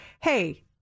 hey